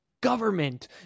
government